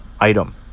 item